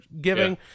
giving